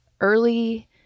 early